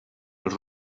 als